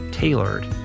Tailored